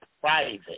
private